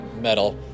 metal